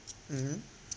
mmhmm